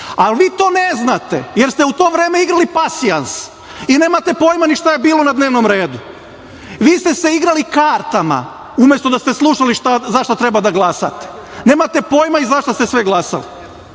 ali vi to ne znate, jer ste u to vreme igrali pasijans i nemate pojma ni šta je bilo na dnevnom redu. Vi ste se igrali kartama, umesto da ste slušali za šta treba da glasate. Nemate pojma i za šta ste sve glasali.